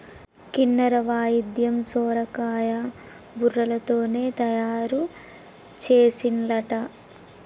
కిన్నెర వాయిద్యం సొరకాయ బుర్రలతోనే తయారు చేసిన్లట